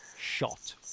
shot